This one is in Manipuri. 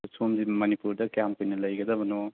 ꯁꯣꯝꯁꯦ ꯃꯅꯤꯄꯨꯔꯗ ꯀꯌꯥꯝ ꯀꯨꯏꯅ ꯂꯩꯒꯗꯕꯅꯣ